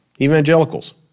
Evangelicals